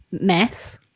mess